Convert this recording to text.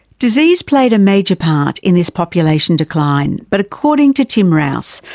disease played a major part in this population decline but according to tim rowse,